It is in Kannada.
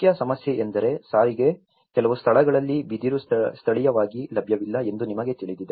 ಮುಖ್ಯ ಸಮಸ್ಯೆ ಎಂದರೆ ಸಾರಿಗೆ ಕೆಲವು ಸ್ಥಳಗಳಲ್ಲಿ ಬಿದಿರು ಸ್ಥಳೀಯವಾಗಿ ಲಭ್ಯವಿಲ್ಲ ಎಂದು ನಿಮಗೆ ತಿಳಿದಿದೆ